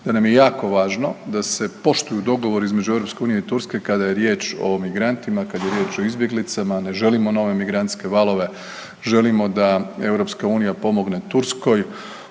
da nam je jako važno da se poštuju dogovori između EU i Turske kada je riječ o migrantima, kad je riječ o izbjeglicama, ne želimo nove migrantske valove, želimo da EU pomogne Turskoj